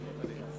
אני מתכבד